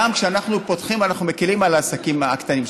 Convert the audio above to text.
גם כשאנחנו פותחים אנחנו מקילים על העסקים הקטנים.